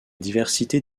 diversité